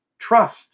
trust